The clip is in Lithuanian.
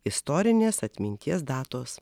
istorinės atminties datos